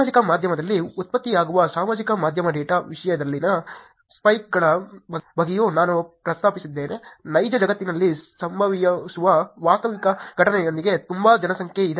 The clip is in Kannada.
ಸಾಮಾಜಿಕ ಮಾಧ್ಯಮದಲ್ಲಿ ಉತ್ಪತ್ತಿಯಾಗುವ ಸಾಮಾಜಿಕ ಮಾಧ್ಯಮ ಡೇಟಾ ವಿಷಯದಲ್ಲಿನ ಸ್ಪೈಕ್ಗಳ ಬಗ್ಗೆಯೂ ನಾನು ಪ್ರಸ್ತಾಪಿಸಿದ್ದೇನೆ ನೈಜ ಜಗತ್ತಿನಲ್ಲಿ ಸಂಭವಿಸುವ ವಾಸ್ತವಿಕ ಘಟನೆಯೊಂದಿಗೆ ತುಂಬಾ ಜನಸಂಖ್ಯೆ ಇದೆ